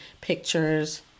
Pictures